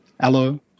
hello